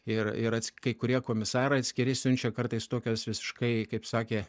ir ir kai kurie komisarai atskiri siunčia kartais tokias visiškai kaip sakė